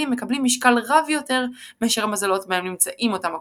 מקבלים משקל רב יותר מאשר המזלות בהם נמצאים אותם הכוכבים.